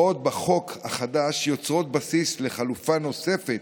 ההוראות בחוק החדש יוצרות בסיס לחלופה נוספת